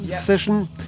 session